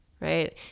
Right